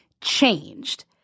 changed